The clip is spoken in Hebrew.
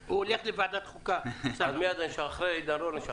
בבקשה.